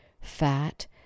fat